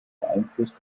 beeinflusst